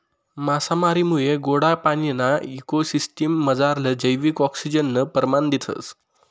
मासामारीमुये गोडा पाणीना इको सिसटिम मझारलं जैविक आक्सिजननं परमाण दिसंस